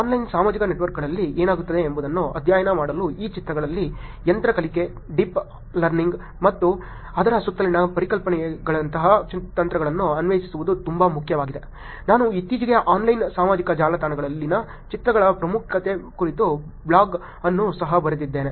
online ಸಾಮಾಜಿಕ ನೆಟ್ವರ್ಕ್ಗಳಲ್ಲಿ ಏನಾಗುತ್ತಿದೆ ಎಂಬುದನ್ನು ಅಧ್ಯಯನ ಮಾಡಲು ಈ ಚಿತ್ರಗಳಲ್ಲಿ ಯಂತ್ರ ಕಲಿಕೆ ಡೀಪ್ ಲರ್ನಿಂಗ್ ಮತ್ತು ಅದರ ಸುತ್ತಲಿನ ಪರಿಕಲ್ಪನೆಗಳಂತಹ ತಂತ್ರಗಳನ್ನು ಅನ್ವಯಿಸುವುದು ತುಂಬಾ ಮುಖ್ಯವಾಗಿದೆ ನಾನು ಇತ್ತೀಚೆಗೆ ಆನ್ಲೈನ್ ಸಾಮಾಜಿಕ ಜಾಲಗಳನಲ್ಲಿನ ಚಿತ್ರಗಳ ಪ್ರಾಮುಖ್ಯತೆಯ ಕುರಿತು ಬ್ಲಾಗ್ ಅನ್ನು ಸಹ ಬರೆದಿದ್ದೇನೆ